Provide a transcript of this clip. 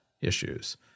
issues